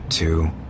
Two